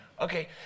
Okay